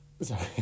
sorry